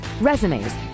resumes